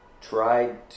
tried